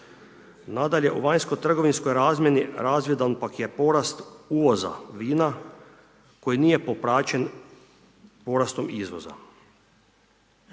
Nadalje o vanjskoj trgovinskoj razmjeni, razvidan je pak porast vina, koji nije popraćen porastom izvoza.